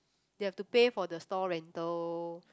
you have to pay for the store rental